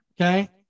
Okay